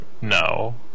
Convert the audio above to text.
No